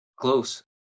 close